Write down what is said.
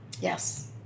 Yes